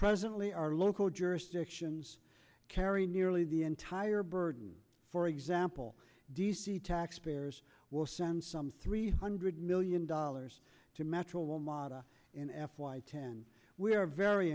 presently our local jurisdictions carry nearly the entire burden for example d c taxpayers will send some three hundred million dollars to metro well mata in f y ten we are very